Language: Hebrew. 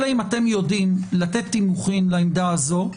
אלא אם כן אתם יודעים לתת תימוכין לעמדה הזאת,